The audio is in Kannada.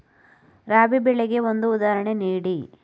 ರಾಬಿ ಬೆಳೆಗೆ ಒಂದು ಉದಾಹರಣೆ ನೀಡಿ